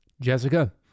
Jessica